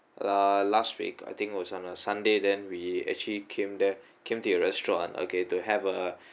uh last week I think it was on a sunday then we actually came there came to your restaurant okay to have a